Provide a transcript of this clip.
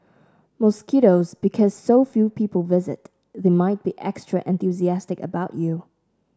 mosquitoes Because so few people visit they might be extra enthusiastic about you